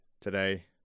today